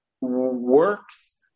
works